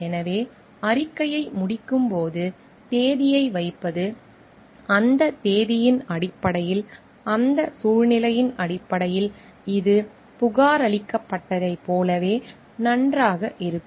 எனவே அறிக்கையை முடிக்கும்போது தேதியை வைப்பது அந்த தேதியின் அடிப்படையில் அந்த சூழ்நிலையின் அடிப்படையில் இது புகாரளிக்கப்பட்டதைப் போலவே நன்றாக இருக்கும்